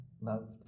loved